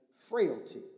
frailty